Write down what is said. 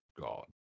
God